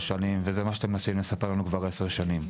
שנים וזה מה שאתם מנסים לספר לנו כבר עשר שנים.